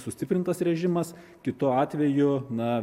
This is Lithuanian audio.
sustiprintas režimas kitu atveju na